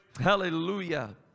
Hallelujah